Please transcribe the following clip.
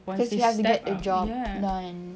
cause you start a job done